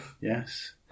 Yes